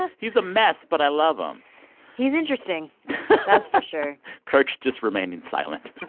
ah he's a mess. but i love him he's interesting that's for sure kirk's just remaining silent.